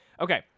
okay